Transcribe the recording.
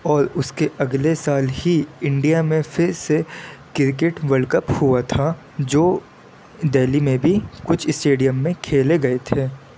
اور اس کے اگلے سال ہی انڈیا میں پھر سے کرکٹ ورلڈ کپ ہوا تھا جو دلی میں بھی کچھ اسٹیڈیم میں کھیلے گئے تھے